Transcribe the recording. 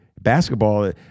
Basketball